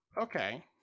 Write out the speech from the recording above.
Okay